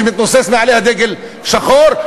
שמתנוסס מעליה דגל שחור,